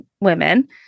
women